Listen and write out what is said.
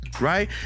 right